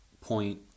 point